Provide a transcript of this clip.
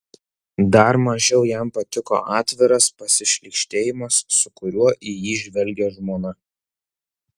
dar mažiau jam patiko atviras pasišlykštėjimas su kuriuo į jį žvelgė žmona